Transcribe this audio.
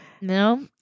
No